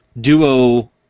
duo